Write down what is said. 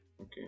okay